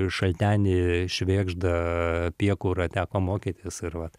šaltenį švėgždą piekurą teko mokytis ir vat